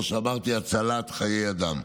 כמו שאמרתי, הצלת חיי אדם.